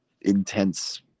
intense